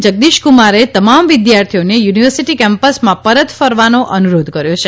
જગદીશક્રમારે તમામ વિદ્યાર્થીઓને યુનિવર્સિટી કેમ્પસમાં પરત ફરવાનો અનુરોધ કર્યો છે